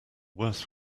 worst